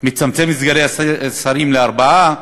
מצמצם את סגני השרים לארבעה.